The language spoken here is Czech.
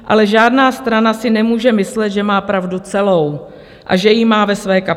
Ale žádná strana si nemůže myslet, že má pravdu celou a že ji má ve své kapse.